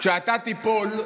כשאתה תיפול,